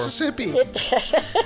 Mississippi